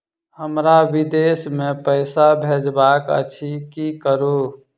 हमरा विदेश मे पैसा भेजबाक अछि की करू?